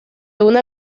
una